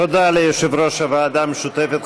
תודה ליושב-ראש הוועדה המשותפת,